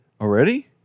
Already